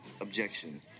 objection